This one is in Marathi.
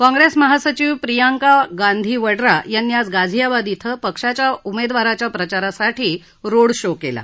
काँग्रेस महासचिव प्रियांका गांधी वड्रा यांनी आज गाझियाबाद इथं पक्षाच्या उमेदवाराच्या प्रचारासाठी रोड शो केला